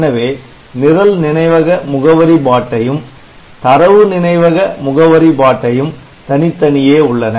எனவே நிரல் நினைவக முகவரி பாட்டையும் தரவு நினைவக முகவரி பாட்டையும் தனித்தனியே உள்ளன